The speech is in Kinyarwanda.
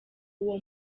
uwo